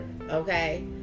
okay